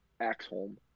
Axholm